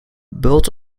built